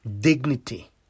dignity